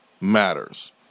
matters